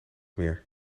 meer